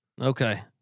Okay